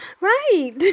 Right